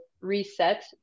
reset